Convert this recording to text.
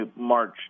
March